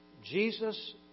Jesus